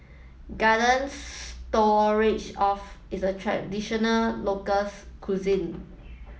Garden Stroganoff is a traditional local cuisine